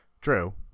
True